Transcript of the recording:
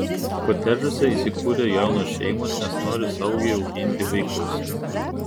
kotedžuose įsikuria jaunos šeimos nes nori saugiai auginti vaikus